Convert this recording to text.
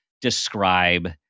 describe